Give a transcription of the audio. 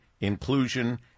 Inclusion